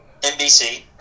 NBC